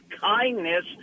kindness